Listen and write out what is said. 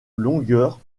longueur